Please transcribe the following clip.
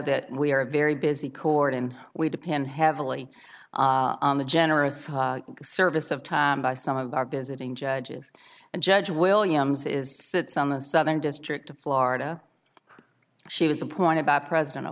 that we are a very busy court and we depend heavily on the generous service of time by some of our visiting judges and judge williams is sits on the southern district of florida she was appointed by president